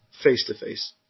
face-to-face